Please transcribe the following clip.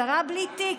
שרה בלי תיק.